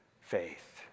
faith